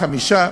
5,